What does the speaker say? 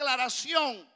declaración